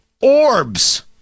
Orbs